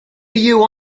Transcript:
you